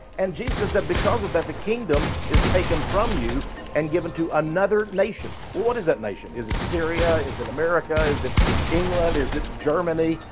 and jesus said that because of that, the kingdom is taken from you and given to another nation. well, what is that nation? is it syria? is it america? is it england? is it germany?